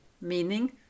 meaning